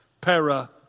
Para